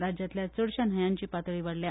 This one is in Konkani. राज्यांतल्या चडशा न्हंयांची पातळी वाडल्या